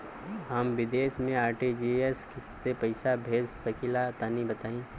हम विदेस मे आर.टी.जी.एस से पईसा भेज सकिला तनि बताई?